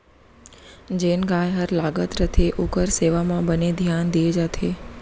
जेन गाय हर लागत रथे ओकर सेवा म बने धियान दिये जाथे